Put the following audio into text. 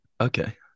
okay